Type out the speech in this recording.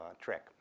trick